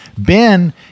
Ben